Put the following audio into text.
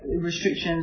restrictions